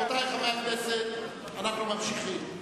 רבותי חברי הכנסת, אנחנו ממשיכים.